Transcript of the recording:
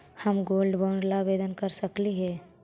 हम gold bond ला आवेदन कर सकली हे?